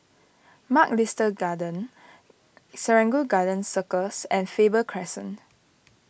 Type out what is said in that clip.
Mugliston Gardens Serangoon Garden Circus and Faber Crescent